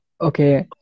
okay